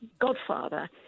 godfather